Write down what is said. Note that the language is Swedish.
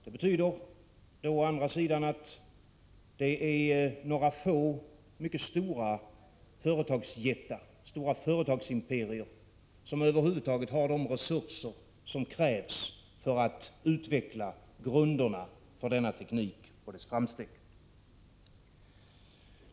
Det betyder å andra sidan att det är några få, mycket stora företagsjättar, företagsimperier, som över huvud taget har de resurser som krävs för att utveckla grunderna för denna teknik och dess framsteg.